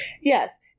Yes